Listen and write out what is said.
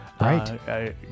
Right